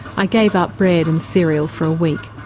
i gave up bread and cereal for a week.